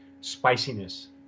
spiciness